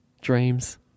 dreams